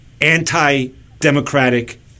anti-democratic